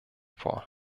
vor